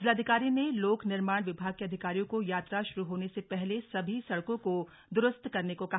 जिलाधिकारी ने लोक निर्माण विभाग के अधिकारियों को यात्रा शुरू होने से पहले सभी सड़को को दुरस्त करने को कहा